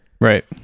Right